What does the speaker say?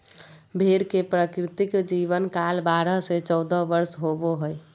भेड़ के प्राकृतिक जीवन काल बारह से चौदह वर्ष होबो हइ